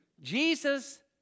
Jesus